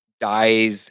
dies